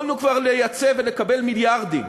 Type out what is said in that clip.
יכולנו כבר לייצא ולקבל מיליארדים